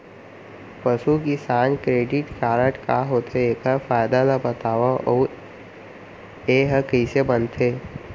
पसु किसान credit card का होथे, एखर फायदा ला बतावव अऊ एहा कइसे बनथे?